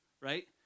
right